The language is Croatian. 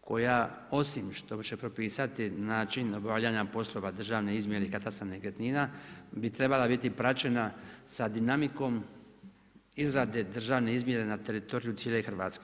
koja osim što … propisati način obavljanja poslova državne izmjere i katastra nekretnina bi trebala biti praćena sa dinamikom izrade državne izmjere na teritoriju cijele Hrvatske.